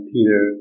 Peter